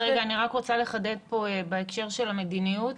אני רק רוצה לחדד בהקשר של המדיניות,